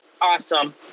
awesome